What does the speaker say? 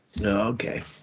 okay